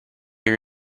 your